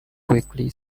quickly